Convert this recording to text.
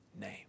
name